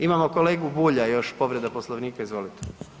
Imamo kolegu Bulja još povreda Poslovnika izvolite.